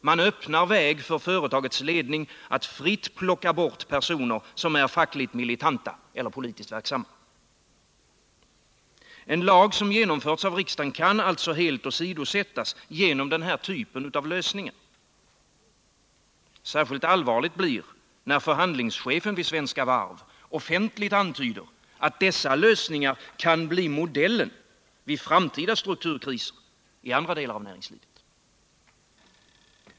Man öppnar väg för företagets ledning att fritt plocka ut personer som är fackligt militanta eller politiskt verksamma. En lag som genomförts av riksdagen kan alltså helt åsidosättas genom den här typen av lösningar. Särskilt allvarligt blir det när förhandlingschefen vid Svenska Varv offentligt antyder att dessa lösningar kan bli modellen vid framtida strukturkriser i andra delar av näringslivet.